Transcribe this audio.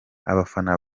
abafana